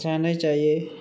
जानाय जायै